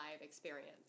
experience